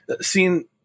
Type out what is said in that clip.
seeing